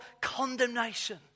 condemnation